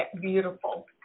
beautiful